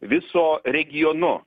viso regionu